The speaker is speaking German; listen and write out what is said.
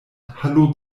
hallo